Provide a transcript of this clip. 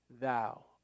Thou